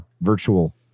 virtual